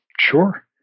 Sure